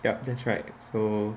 yup that's right so